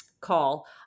call